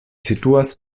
situas